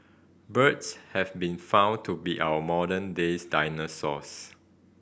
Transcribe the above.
birds have been found to be our modern days dinosaurs